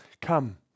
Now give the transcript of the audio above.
come